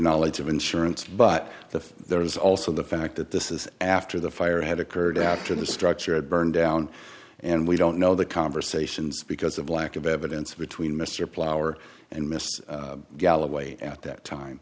knowledge of insurance but the there is also the fact that this is after the fire had occurred after the structure had burned down and we don't know the conversations because of lack of evidence between mr plower and mr galloway at that time